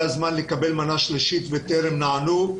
הזמן לקבל את המנה השלישית וטרם הם נענו.